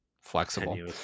flexible